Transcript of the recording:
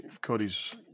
Cody's –